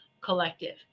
collective